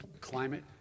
climate